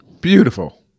Beautiful